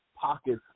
pockets